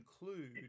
include